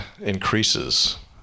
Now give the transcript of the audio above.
increases